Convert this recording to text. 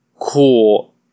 cool